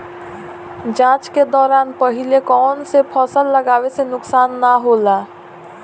जाँच के दौरान पहिले कौन से फसल लगावे से नुकसान न होला?